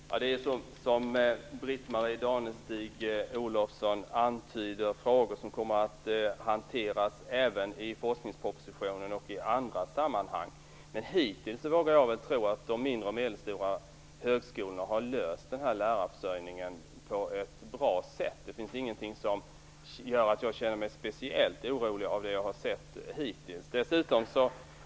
Fru talman! Det är, som Britt-Marie Danestig Olofsson antyder, frågor som kommer att hanteras i forskningspropositionen och även i andra sammanhang. Men hittills vågar jag tro att de mindre och medelstora högskolorna har löst lärarförsörjningen på ett bra sätt. Det finns ingenting av det som jag har sett hittills som gör att jag känner mig speciellt orolig.